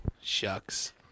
shucks